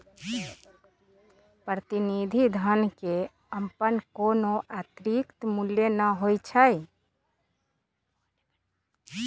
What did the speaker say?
प्रतिनिधि धन के अप्पन कोनो आंतरिक मूल्य न होई छई